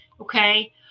Okay